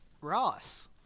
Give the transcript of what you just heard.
Ross